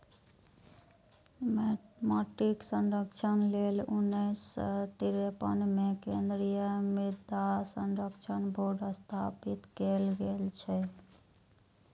माटिक संरक्षण लेल उन्नैस सय तिरेपन मे केंद्रीय मृदा संरक्षण बोर्ड स्थापित कैल गेल रहै